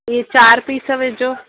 इहे चारि पीस विझो